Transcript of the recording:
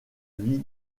vis